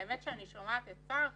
האמת שאני שומעת את שר החינוך,